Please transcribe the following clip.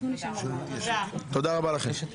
תודה רבה לכם.